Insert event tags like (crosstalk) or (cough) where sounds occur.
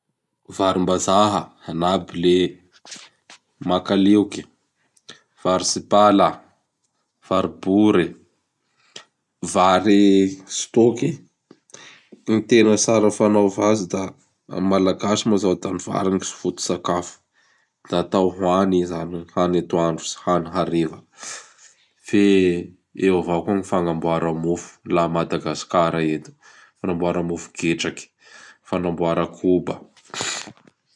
Varimbazaha na Blé, (noise) Makalioly, vary Tsipala, vary Bory, (noise) vary stôky. Gny tena tsara fanaova azy da, amin'ny Malagasy moa izao da gny vary gny foto-tsakafo, da atao ho hany i izany, atao hany atoandro sy hany hariva. (noise) Fe eo avao gny fagnamboara mofo laha a Madagasikara eto. (noise) Fagnamboara mofo getraky, (noise) fagnamboara koba. (noise)